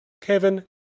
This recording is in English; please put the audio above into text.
Kevin